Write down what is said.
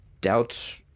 doubt